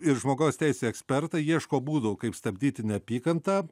ir žmogaus teisių ekspertai ieško būdų kaip stabdyti neapykantą